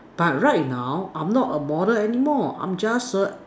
but right now I'm not a model anymore I'm just a